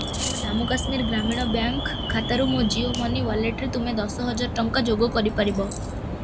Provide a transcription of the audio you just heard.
ମୋ ଜାମ୍ମୁ କାଶ୍ମୀର ଗ୍ରାମୀଣ ବ୍ୟାଙ୍କ ଖାତାରୁ ମୋ ଜିଓ ମନି ୱାଲେଟ୍ରେ ତୁମେ ଦଶହଜାର ଟଙ୍କା ଯୋଗ କରିପାରିବ